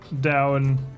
down